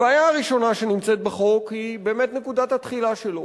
הבעיה הראשונה שנמצאת בחוק היא באמת נקודת התחילה שלו,